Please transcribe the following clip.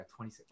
26